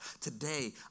today